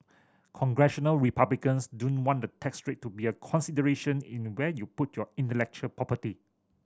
Congressional Republicans don't want the tax rate to be a consideration in where you put your intellectual property